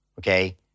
okay